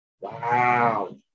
Wow